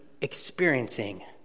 experiencing